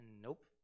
Nope